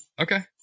Okay